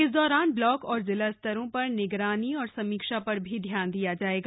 इस दौरान ब्लॉक और जिला स्तरों पर निगरानी तथा समीक्षा पर भी ध्यान दिया जायेगा